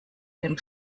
dem